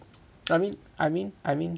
I mean I mean I mean